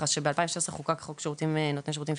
שב-2016 חוקק חוק נותני שירותים פיננסים.